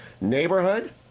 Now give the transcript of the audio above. neighborhood